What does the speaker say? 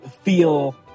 feel